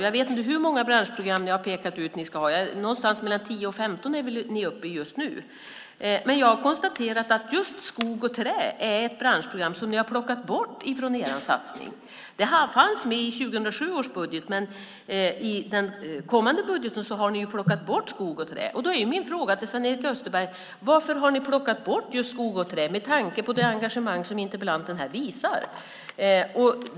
Jag vet inte hur många branschprogram som ni har pekat ut att ni ska ha. Jag tror att ni är uppe i mellan tio och femton just nu. Men jag har konstaterat att just skogs och träindustrin är ett branschprogram som ni har plockat bort från er satsning. Det fanns med i 2007 års budget. Men i den kommande budgeten har ni plockat bort skogs och träindustrin. Då är min fråga till Sven-Erik Österberg: Varför har ni plockat bort just skogs och träindustrin med tanke på det engagemang som interpellanten här visar?